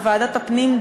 בוועדת הפנים,